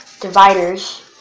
dividers